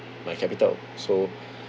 my capital so